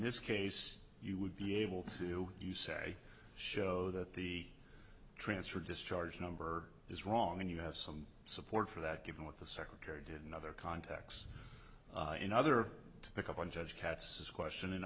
this case you would be able to you say show that the transfer discharge number is wrong and you have some support for that given what the secretary did in other contacts in other to pick up on judge cats question